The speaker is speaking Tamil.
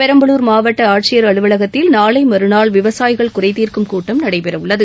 பெரம்பலூர் மாவட்ட ஆட்சியர் அலுவலகத்தில் நாளை மறுநாள் விவசாயிகள் குறைதீர்க்கும் கூட்டம் நடைபெற உள்ளது